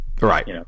Right